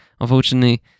Unfortunately